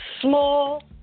Small